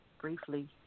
briefly